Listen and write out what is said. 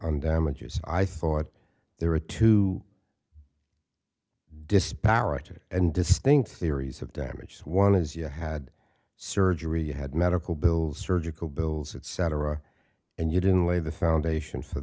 on damages i thought there were two disparate and distinct theories of damages one is you had surgery you had medical bills surgical bills etc and you didn't lay the foundation for